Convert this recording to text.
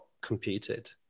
computed